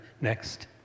Next